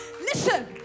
Listen